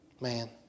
Man